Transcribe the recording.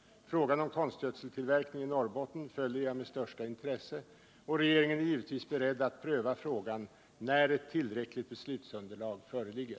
Frågan om konstgödseltillverkning i Norrbotten följer jag med största intresse, och regeringen är givetvis beredd att pröva frågan när ett tillräckligt beslutsunderlag föreligger.